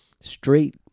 straight